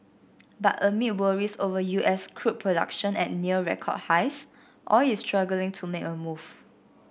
but amid worries over U S crude production at near record highs oil is struggling to make a move